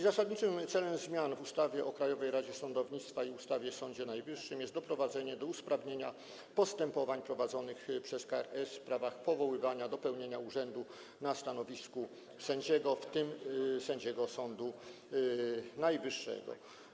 Zasadniczym celem zmian w ustawie o Krajowej Radzie Sądownictwa i ustawie o Sądzie Najwyższym jest doprowadzenie do usprawnienia postępowań prowadzonych przez KRS w sprawach powoływania do pełnienia urzędu na stanowisku sędziego, w tym sędziego Sądu Najwyższego.